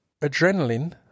adrenaline